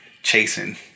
Chasing